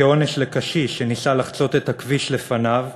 וכעונש לקשיש שניסה לחצות את הכביש לפניו,